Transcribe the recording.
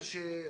שבע.